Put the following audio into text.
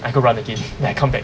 I go run again then I come back